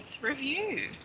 review